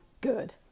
good